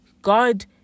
God